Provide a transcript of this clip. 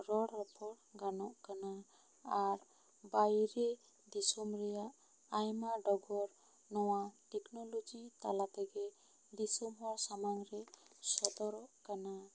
ᱨᱚᱲ ᱨᱚᱯᱚᱲ ᱜᱟᱱᱚᱜ ᱠᱟᱱᱟ ᱟᱨ ᱵᱟᱭᱨᱮ ᱫᱤᱥᱚᱢ ᱨᱮᱭᱟᱜ ᱟᱭᱢᱟ ᱰᱚᱜᱚᱨ ᱱᱚᱣᱟ ᱴᱮᱠᱱᱚᱞᱚᱜᱤ ᱛᱟᱞᱟ ᱛᱮᱜᱮ ᱫᱤᱥᱚᱢ ᱦᱚᱲ ᱥᱟᱢᱟᱝ ᱨᱮ ᱥᱚᱫᱚᱨᱚᱜ ᱠᱟᱱᱟ